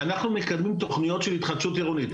ואנחנו מקדמים תוכניות של התחדשות עירונית.